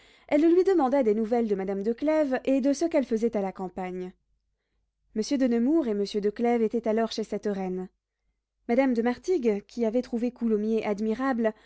elle lui demanda des nouvelles de madame de clèves et de ce qu'elle faisait à la campagne monsieur de nemours et monsieur de clèves étaient alors chez cette reine madame de martigues qui avait trouvé coulommiers admirable